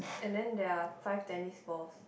and then there are five tennis balls